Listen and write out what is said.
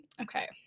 Okay